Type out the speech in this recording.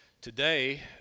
today